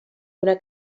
una